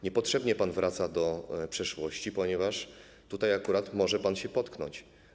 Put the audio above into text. Niepotrzebnie pan wraca do przeszłości, ponieważ tutaj akurat może pan się potknąć.